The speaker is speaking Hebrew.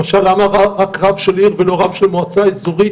למשל למה רק רב של עיר ולא רב של מועצה אזורית?